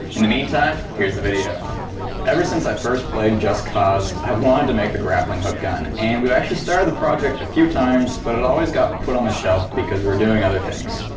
in the meantime here's the video ever since i first played just cause, i've wanted to make the grappling hook gun and we actually started the project a few times but it always got put on the shelf because we're doing other things.